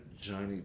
Johnny